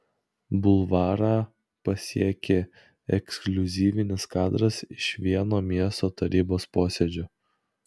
bulvarą pasiekė ekskliuzyvinis kadras iš vieno miesto tarybos posėdžio